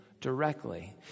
Directly